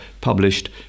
published